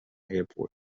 airport